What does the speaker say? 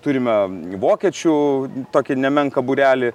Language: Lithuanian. turime vokiečių tokį nemenką būrelį